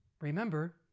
Remember